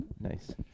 Nice